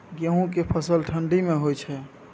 गेहूं के फसल ठंडी मे होय छै?